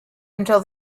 until